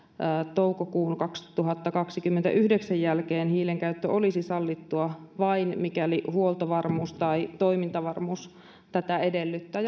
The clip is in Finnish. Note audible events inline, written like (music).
toukokuun kaksituhattakaksikymmentäyhdeksän jälkeen hiilen käyttö olisi sallittua vain mikäli huoltovarmuus tai toimintavarmuus tätä edellyttää (unintelligible)